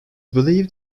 believed